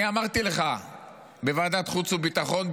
אני אמרתי לך בוועדת החוץ והביטחון,